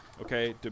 okay